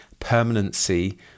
Permanency